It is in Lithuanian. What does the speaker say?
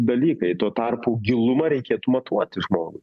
dalykai tuo tarpu gilumą reikėtų matuoti žmogui